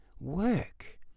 work